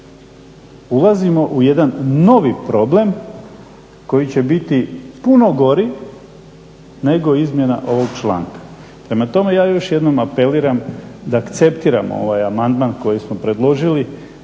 ulazimo u jedan novi problem koji će biti puno gori nego izmjena ovog članka. Prema tome ja još jednom apeliram da akceptiramo ovaj amandman koji smo predložili